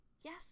Yes